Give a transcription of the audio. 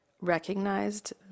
recognized